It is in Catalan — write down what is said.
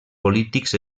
polítics